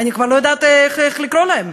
אני כבר לא יודעת איך לקרוא להם,